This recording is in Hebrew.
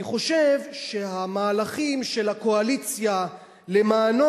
אני חושב שהמהלכים של הקואליציה למענו,